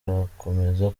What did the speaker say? burakomeza